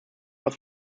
was